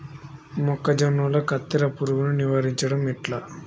మొక్కజొన్నల కత్తెర పురుగుని నివారించడం ఎట్లా?